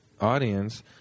audience